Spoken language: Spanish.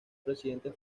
presidente